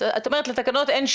את אומרת שאין להן נפקות אכיפתית.